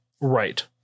Right